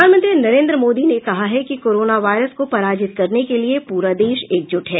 प्रधानमंत्री नरेन्द्र मोदी ने कहा है कि कोरोना वायरस को पराजित करने के लिए पूरा देश एकजुट है